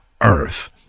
earth